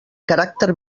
caràcter